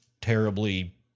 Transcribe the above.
terribly